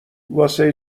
واسه